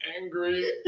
angry